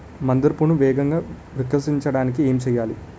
మందార పువ్వును వేగంగా వికసించడానికి ఏం చేయాలి?